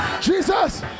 Jesus